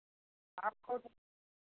आपको तो